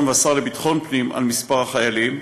והשר לביטחון הפנים על מספר החיילים,